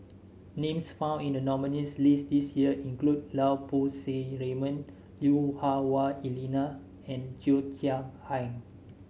names found in the nominees' list this year include Lau Poo Seng Raymond Lui Hah Wah Elena and Cheo Chai Hiang